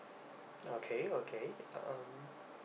okay okay um